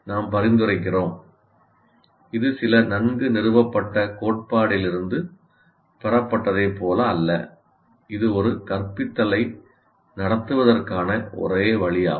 நாம் 'பரிந்துரைக்கிறோம்' இது சில நன்கு நிறுவப்பட்ட கோட்பாட்டிலிருந்து பெறப்பட்டதைப் போல அல்ல இது ஒரு கற்பித்தலை நடத்துவதற்கான ஒரே வழியாகும்